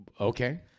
Okay